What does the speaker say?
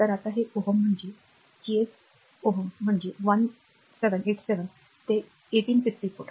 तर आता ते म्हणजे जीएस Ω म्हणजे आयुष्य म्हणजे 1787 ते 1854